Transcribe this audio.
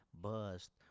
bust